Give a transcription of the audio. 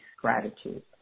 gratitude